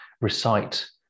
recite